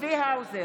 צבי האוזר,